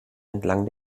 entlang